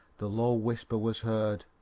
the low whisper was heard